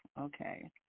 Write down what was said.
Okay